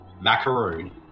Macaroon